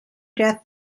death